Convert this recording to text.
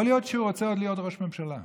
יכול להיות שהוא רוצה עוד להיות ראש ממשלה,